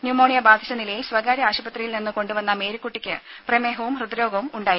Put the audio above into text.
pneumonia ബാധിച്ച നിലയിൽ സ്വകാര്യാശുപത്രിയിൽ നിന്ന് കൊണ്ടു വന്ന മേരിക്കുട്ടിക്ക് പ്രമേഹവും ഹൃദ്രോഗവും ഉണ്ടായിരുന്നു